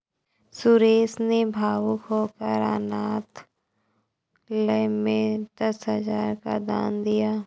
सुरेश ने भावुक होकर अनाथालय में दस हजार का दान दिया